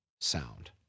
sound